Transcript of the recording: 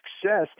success